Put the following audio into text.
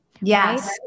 yes